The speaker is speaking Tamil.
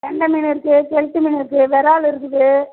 கெண்டை மீன் இருக்குது கெளுத்தி மீன் இருக்குது விறால் இருக்குது